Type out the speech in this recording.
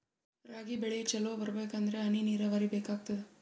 ರಾಗಿ ಬೆಳಿ ಚಲೋ ಬರಬೇಕಂದರ ಹನಿ ನೀರಾವರಿ ಬೇಕಾಗತದ?